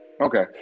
Okay